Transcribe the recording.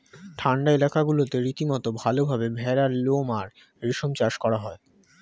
ঠান্ডা এলাকাগুলোতে রীতিমতো ভালভাবে ভেড়ার লোম আর রেশম চাষ করা হয়